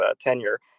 tenure